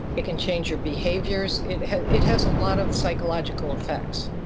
it can change your behaviours. it has it has a lot of psychological effects.